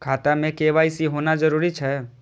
खाता में के.वाई.सी होना जरूरी छै?